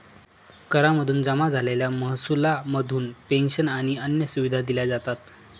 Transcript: करा मधून जमा झालेल्या महसुला मधून पेंशन आणि अन्य सुविधा दिल्या जातात